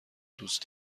دوست